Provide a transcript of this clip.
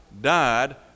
died